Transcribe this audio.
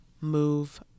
move